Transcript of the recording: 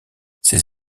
ses